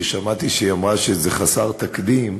ששמעתי שהיא אמרה שזה חסר תקדים: